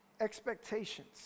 expectations